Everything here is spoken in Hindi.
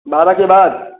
बारह के बाद